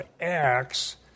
Acts